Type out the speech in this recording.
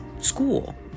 school